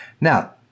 Now